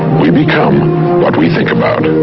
we become what we think about.